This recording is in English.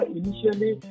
initially